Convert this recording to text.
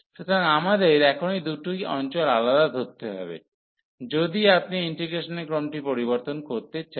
সুতরাং আমাদের এখনই দুটি আলাদা অঞ্চল ধরতে হবে যদি আপনি ইন্টিগ্রেশনের ক্রমটি পরিবর্তন করতে চান